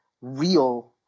real